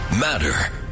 matter